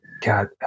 God